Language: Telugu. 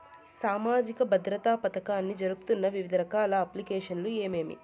సామాజిక భద్రత పథకాన్ని జరుపుతున్న వివిధ రకాల అప్లికేషన్లు ఏమేమి?